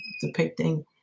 depicting